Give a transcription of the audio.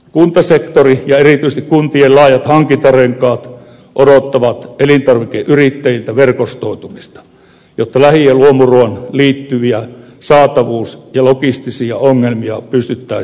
kuntasektori ja erityisesti kuntien laajat hankintarenkaat odottavat elintarvikeyrittäjiltä verkostoitumista jotta lähi ja luomuruokaan liittyviä saatavuus ja logistisia ongelmia pystyttäisiin helpottamaan